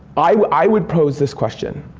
i would pose this question